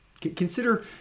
Consider